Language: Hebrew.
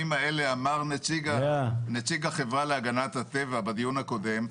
אמר נציג החברה להגנת הטבע בדיון הקודם,